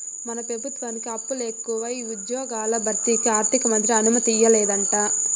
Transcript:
మన పెబుత్వానికి అప్పులెకువై ఉజ్జ్యోగాల భర్తీకి ఆర్థికమంత్రి అనుమతియ్యలేదంట